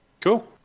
Cool